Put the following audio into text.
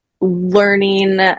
learning